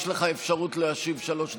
יש לך אפשרות להשיב שלוש דקות,